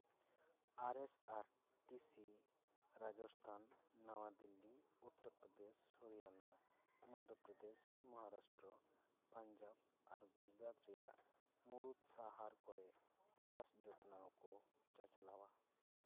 ᱟᱨᱮᱥ R T C Rajasthan ᱱᱟᱣᱟ ᱫᱤᱞᱞᱤ ᱩᱛᱛᱚᱨᱯᱨᱚᱫᱮᱥ ᱦᱚᱨᱤᱭᱟᱱᱟ ᱢᱚᱫᱽᱫᱷᱚᱯᱨᱚᱫᱮᱥ ᱢᱚᱦᱟᱨᱟᱥᱴᱨᱚ ᱯᱟᱧᱡᱟᱵᱽ ᱟᱨ ᱜᱩᱡᱽᱨᱟᱴ ᱨᱮᱭᱟᱜ ᱢᱩᱬᱩᱫ ᱥᱟᱦᱟᱨ ᱠᱚᱨᱮᱫ ᱵᱟᱥ ᱡᱚᱛᱱᱟᱣ ᱠᱚ ᱪᱟᱪᱞᱟᱣᱼᱟ